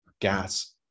Gas